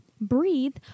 breathe